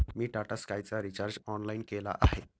मी टाटा स्कायचा recharge online केला आहे